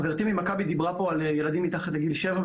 חברתי ממכבי דיברה פה על ילדים מתחת לגיל שבע,